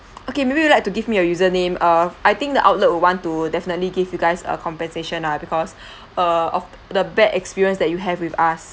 okay maybe you would like to give me your user name uh I think the outlet will want to definitely give you guys a compensation lah because uh of the bad experience that you have with us